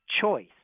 choice